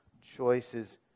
choices